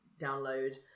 download